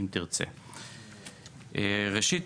ראשית,